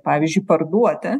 pavyzdžiui parduoti